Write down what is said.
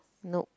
nope